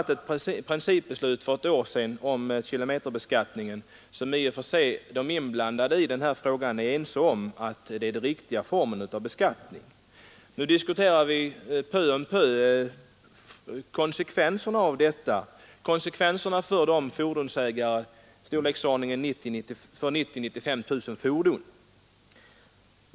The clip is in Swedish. För ett år sedan fattade vi här ett principbeslut om kilometerbeskattningen, och de inblandade är i och för sig ense om att det är den riktiga formen för beskattning. Och nu diskuterar vi i olika etapper konsekvenserna av dessa beslut som berör ägarna till 90 000 å 95 000 fordon.